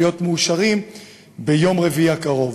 להיות מאושרים ביום רביעי הקרוב.